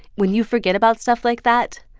when you forget about stuff like that,